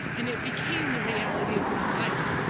and it became the reality of my life.